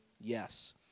yes